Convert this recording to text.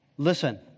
Listen